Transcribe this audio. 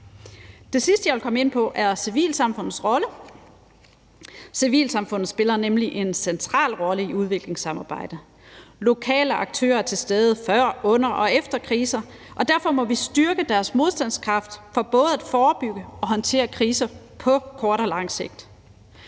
Det sidste, jeg vil komme ind på, er civilsamfundets rolle. Civilsamfundet spiller nemlig en central rolle i udviklingssamarbejde. Lokale aktører er til stede før, under og efter kriser, og derfor må vi styrke deres modstandskraft for både at forebygge og håndtere kriser på kort og lang sigt.